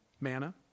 manna